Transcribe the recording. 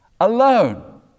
alone